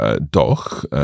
doch